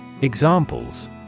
Examples